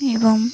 ଏବଂ